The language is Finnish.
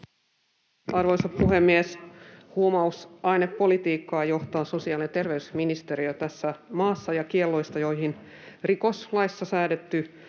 Arvoisa puhemies! Huumausainepolitiikkaa johtaa sosiaali- ja terveysministeriö tässä maassa, ja kielloista, joihin rikoslaissa säädetty